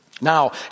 Now